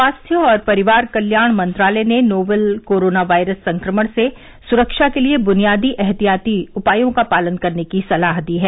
स्वास्थ्य और परिवार कल्याण मंत्रालय ने नोवल कोरोना वायरस संक्रमण से सुरक्षा के लिए बुनियादी एहतियाती उपायों का पालन करने की सलाह दी है